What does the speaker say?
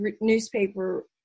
newspaper